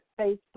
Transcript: Facebook